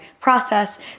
process